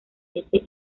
siete